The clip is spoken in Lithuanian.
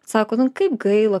sako nu kaip gaila